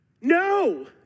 no